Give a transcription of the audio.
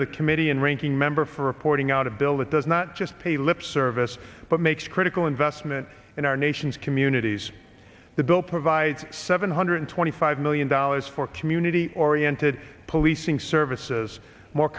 of the committee and ranking member for reporting out a bill that does not just pay lip service but makes critical investments in our nation's communities the bill provides seven hundred twenty five million dollars for community oriented policing services more